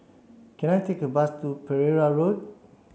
can I take a bus to Pereira Road